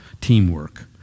teamwork